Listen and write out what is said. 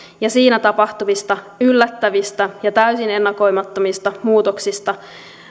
ja siinä tapahtuvista yllättävistä ja täysin ennakoimattomista muutoksista